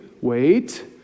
wait